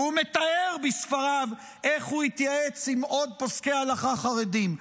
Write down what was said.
והוא מתאר בספריו איך הוא התייעץ עם עוד פוסקי הלכה חרדים,